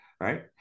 Right